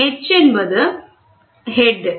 H என்பது head